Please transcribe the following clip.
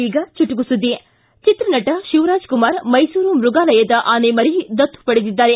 ಈಗ ಚಟುಕು ಸುದ್ಗಿ ಚಿತ್ರನಟ ಶಿವರಾಜ್ಕುಮಾರ್ ಮೈಸೂರು ಮೃಗಾಲಯದ ಆನೆಮರಿ ದತ್ತು ಪಡೆದಿದ್ದಾರೆ